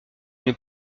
une